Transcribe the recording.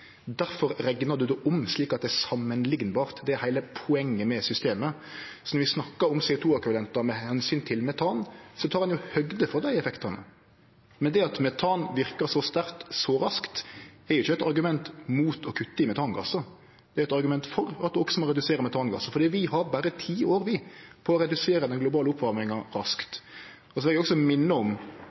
Derfor reknar ein det om, slik at det er samanliknbart. Det er heile poenget med systemet. Når vi snakkar om CO 2 -ekvivalentar med omsyn til metan, tek ein høgd for dei effektane. Men det at metan verkar så sterkt så raskt, er ikkje eit argument mot å kutte i metangassar. Det er eit argument for at ein også må redusere metangassar, for vi har berre ti år på å redusere den globale oppvarminga raskt. Så vil eg også minne om